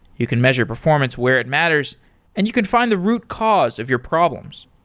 you can measure performance where it matters and you can find the root cause of your problems.